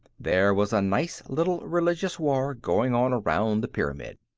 there was a nice little religious war going on around the pyramid.